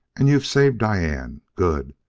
and you've saved diane. good.